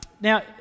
Now